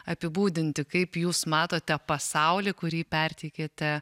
apibūdinti kaip jūs matote pasaulį kurį perteikėte